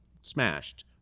smashed